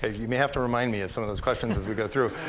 you may have to remind me of some of those questions as we go through.